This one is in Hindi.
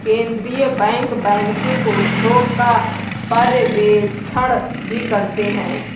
केन्द्रीय बैंक बैंकिंग उद्योग का पर्यवेक्षण भी करते हैं